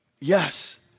Yes